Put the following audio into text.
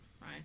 right